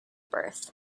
berth